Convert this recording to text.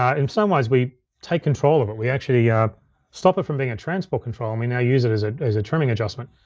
ah in some ways, we take control of it. we actually yeah stop it from being a transport control and we now use it as it as a trimming adjustment.